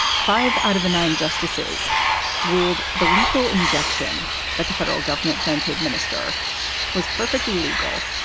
five out of the nine justices ruled the lethal injection that the federal government planned to administer was perfectly legal.